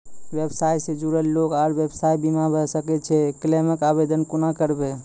व्यवसाय सॅ जुड़ल लोक आर व्यवसायक बीमा भऽ सकैत छै? क्लेमक आवेदन कुना करवै?